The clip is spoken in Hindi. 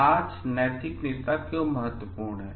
आज नैतिक नेता क्यों महत्वपूर्ण हैं